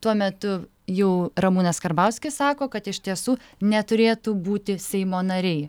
tuo metu jau ramūnas karbauskis sako kad iš tiesų neturėtų būti seimo nariai